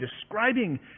describing